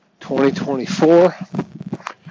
2024